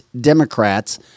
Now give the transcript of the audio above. Democrats